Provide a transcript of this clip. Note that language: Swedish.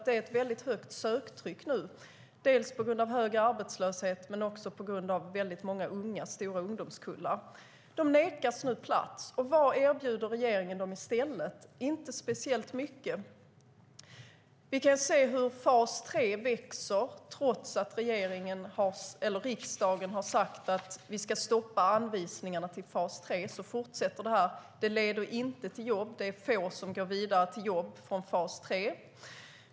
Det är ett väldigt högt söktryck dels på grund av hög arbetslöshet, dels på grund av stora ungdomskullar. De nekas alltså plats. Vad erbjuder regeringen i stället? Inte speciellt mycket. Vi kan se hur fas 3 växer. Trots att riksdagen har sagt att vi ska stoppa anvisningarna till fas 3 fortsätter de. Det leder inte till jobb; det är få som går vidare till jobb från fas 3.